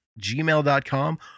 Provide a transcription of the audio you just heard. gmail.com